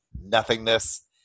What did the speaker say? nothingness